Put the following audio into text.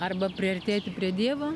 arba priartėti prie dievo